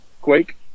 quake